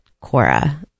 Cora